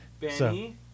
Benny